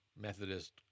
Methodist